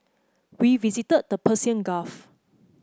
we visited the Persian Gulf